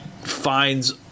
finds